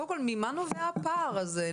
ממה נובע הפער הזה?